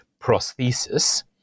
prosthesis